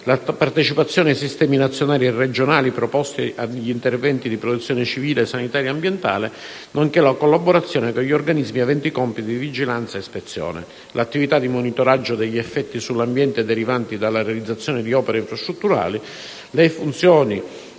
la partecipazione ai sistemi nazionali e regionali preposti agli interventi di protezione civile, sanitaria e ambientale, nonché la collaborazione con gli organismi aventi compiti di vigilanza e ispezione, l'attività di monitoraggio degli effetti sull'ambiente derivanti dalla realizzazione di opere infrastrutturali, le funzioni